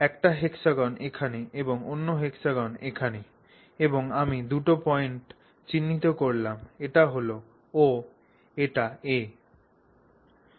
একটি hexagon এখানে এবং অন্য hexagon এখানে এবং আমি দুটি পয়েন্ট চিহ্নিত করলাম এটি হল O এটি A